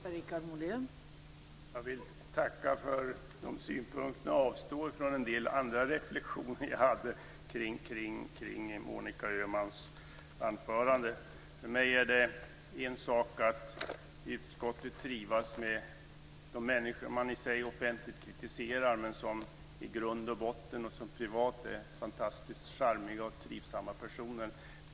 Fru talman! Jag vill tacka för de synpunkterna och avstår från en del andra reflexioner jag hade kring För mig är det en sak att i utskottet trivas med de människor man offentligt kritiserar, men som i grund och botten privat är fantastiskt charmiga och trivsamma personer.